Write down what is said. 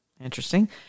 Interesting